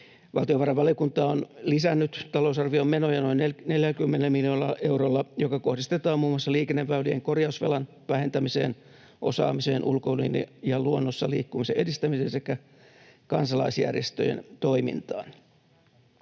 Valtiovarainvaliokunta on lisännyt talousarvion menoja noin 40 miljoonalla eurolla, joka kohdistetaan muun muassa liikenneväylien korjausvelan vähentämiseen, osaamiseen, ulkoilun ja luonnossa liikkumisen edistämiseen sekä kansalaisjärjestöjen toimintaan.